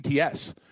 ATS